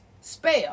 spell